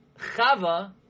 Chava